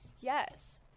Yes